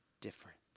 different